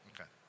Okay